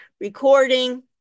recording